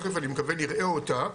תיכף אני מקווה שנראה אותה,